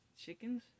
chickens